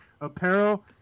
apparel